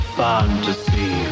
fantasy